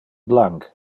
blanc